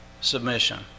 submission